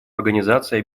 организации